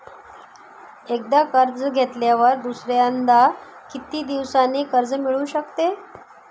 एकदा कर्ज घेतल्यावर दुसऱ्यांदा किती दिवसांनी कर्ज मिळू शकते?